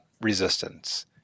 resistance